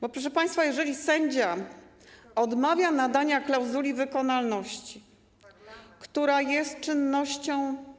Bo proszę państwa, jeżeli sędzia odmawia nadania klauzuli wykonalności, która jest czynnością.